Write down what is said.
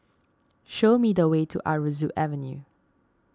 show me the way to Aroozoo Avenue